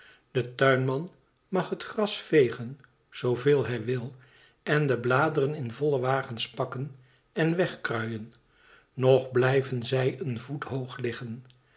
de tuinman mag het gras vegen zooveel hij wil en de bladeren in volle wagens pakken en wegkruien nog blijven zij een voet hoog liggen